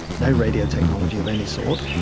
no radio technology of any sort.